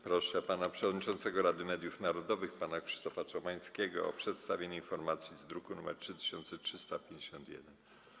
Proszę przewodniczącego Rady Mediów Narodowych pana Krzysztofa Czabańskiego o przedstawienie informacji z druku nr 3351.